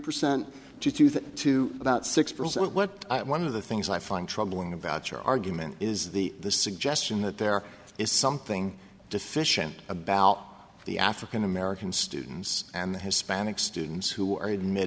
percent to about six percent what one of the things i find troubling about your argument is the the suggestion that there is something deficient about the african american students and that hispanic students who are